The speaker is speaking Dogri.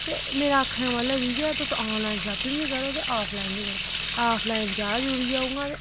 ते मेरा आखने दा मतलब इ'यै तुस आनलाइन शापिंग बी करो ते आफलाइन बी करो आफलाइन ज्यादा जरूरी ऐ उ'आं ते